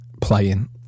playing